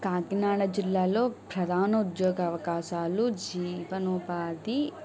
కాకినాడ జిల్లాల్లో ప్రధాన ఉద్యోగ అవకాశాలు జీవనోపాధి